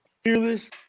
Fearless